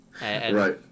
Right